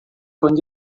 con